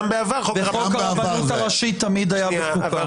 וחוק הרבנות הראשית תמיד היה בחוקה.